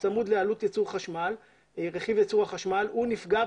שצמוד לעלות רכיב ייצור החשמל נפגע,